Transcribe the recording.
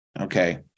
Okay